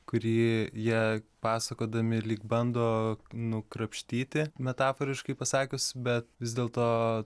kurį jie pasakodami lyg bando nukrapštyti metaforiškai pasakius bet vis dėlto